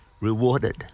rewarded